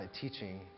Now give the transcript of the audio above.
teaching